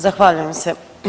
Zahvaljujem se.